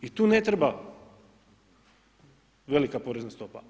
I tu ne treba velika porezna stopa.